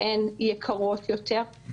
שהן יקרות יותר,